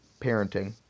parenting